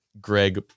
Greg